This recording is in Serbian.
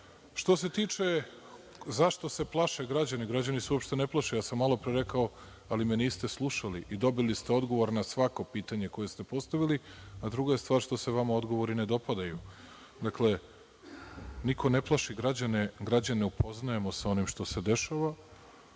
se tiče zašto se plaše građani, građani se uopšte ne plaše. Ja sam malo pre rekao, ali me niste slušali i dobili ste odgovor na svako pitanje koje ste postavili, a druga je stvar što se vama odgovori ne dopadaju. Dakle, niko ne plaši građane, građane upoznajemo sa onim što se dešava.Za